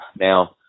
Now